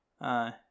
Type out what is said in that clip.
aye